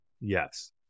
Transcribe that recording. Yes